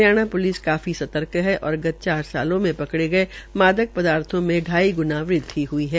Haryana police काफी सतर्क है और गत चार सालों मे पकड़े गये मादक पदार्थो में ढाई गुणा वृद्वि हुई है